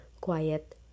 quiet